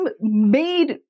made